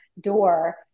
door